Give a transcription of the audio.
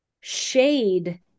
shade